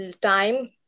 time